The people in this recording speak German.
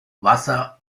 wasser